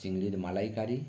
চিংড়ির মালাইকারি